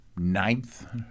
ninth